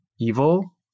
evil